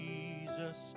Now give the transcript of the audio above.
Jesus